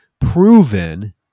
proven